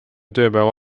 tööpäeva